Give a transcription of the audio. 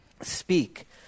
speak